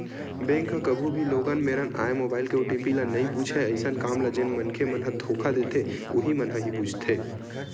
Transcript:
bank ह कभू भी लोगन मेरन आए मोबाईल के ओ.टी.पी ल नइ पूछय अइसन काम ल जेन मनखे मन ह धोखा देथे उहीं मन ह ही पूछथे